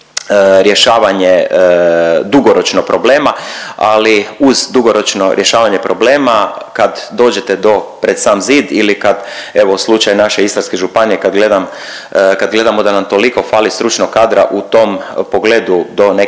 rješavanje dugoročno problema. Ali uz dugoročno rješavanje problema kad dođete do pred sam zid ili kad evo slučaj naše Istarske županije kad gledamo da nam toliko fali stručnog kadra u tom pogledu do neke